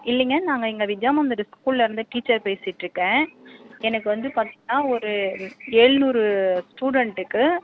இல்லைங்க நாங்கள் இங்கே வித்யா மந்திர் ஸ்கூலிலேருந்து டீச்சர் பேசிகிட்டுருக்கேன் எனக்கு வந்து பார்த்தீங்கன்னா ஒரு ஏழ்நூறு ஸ்டூடெண்ட்டுக்கு